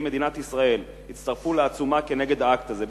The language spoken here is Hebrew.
מדינת ישראל הצטרפו לעצומה כנגד האקט הזה,